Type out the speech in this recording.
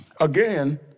again